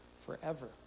forever